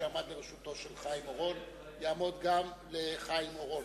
שעמד לרשותו של חיים רמון יעמוד גם לרשות חיים אורון.